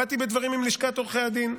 באתי בדברים עם לשכת עורכי הדין.